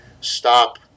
stop